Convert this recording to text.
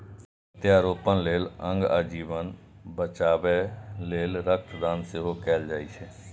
प्रत्यारोपण लेल अंग आ जीवन बचाबै लेल रक्त दान सेहो कैल जाइ छै